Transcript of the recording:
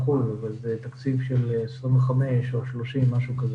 אחוז זה תקציב של 25 או 30 מיליון,